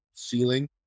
ceiling